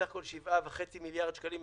בסך הכול 7.5 מיליארד שקלים,